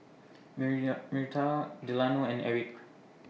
Myrta Delano and Erik